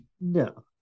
no